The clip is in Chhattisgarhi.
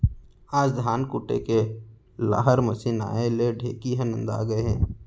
आज धान कूटे के हालर मसीन आए ले ढेंकी ह नंदा गए हे